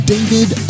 David